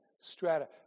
strata